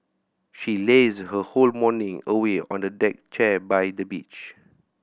she lazed her whole morning away on a deck chair by the beach